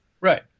Right